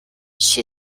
she